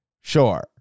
Sure